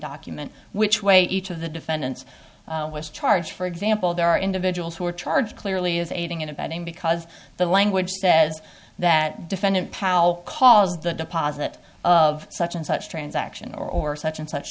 document which way each of the defendants was charged for example there are individuals who are charged clearly is aiding and abetting because the language says that defendant powell calls the deposit of such and such transaction or such and such